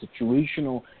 situational